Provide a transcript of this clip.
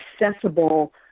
accessible